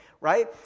right